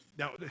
Now